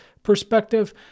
perspective